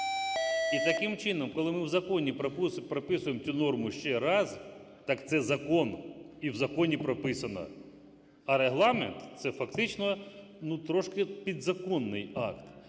І, таким чином, коли ми в законі прописуємо цю норму ще раз, так це закон, і в законі прописано. А Регламент – це, фактично, ну, трошки підзаконний акт.